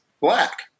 black